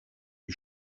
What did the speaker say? les